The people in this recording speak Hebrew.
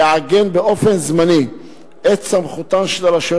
לעגן באופן זמני את סמכותן של הרשויות